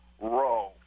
row